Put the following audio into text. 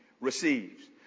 receives